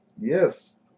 Yes